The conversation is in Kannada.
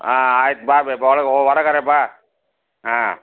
ಹಾಂ ಆಯ್ತು ಬಾ ಬಿ ಬಾ ಹಾಂ